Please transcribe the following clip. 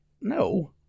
No